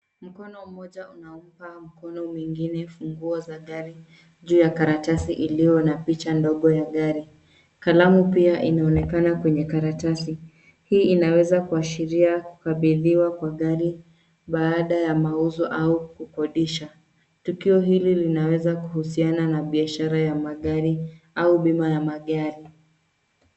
Mkono mmoja unaupa mkono mwingine funguo za gari juu ya karatasi iliyo na picha ndogo ya gari. Kalamu pia inaonekana kwenye karatasi, hii inaweza kuashiria kukabidhiwa kwa gari baada ya mauzo au kukodisha. Tukio hili linawezaa kuhusiana na biashara ya magari au bima ya magari.